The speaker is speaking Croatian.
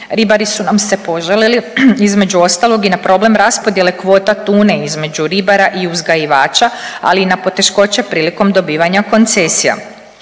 Ribari su nam se požalili između ostalog i na problem raspodjele kvota tune između ribara i uzgajivača, ali i na poteškoće prilikom dobivanja koncesija.